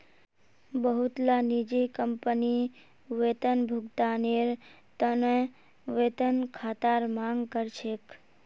बहुतला निजी कंपनी वेतन भुगतानेर त न वेतन खातार मांग कर छेक